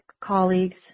colleagues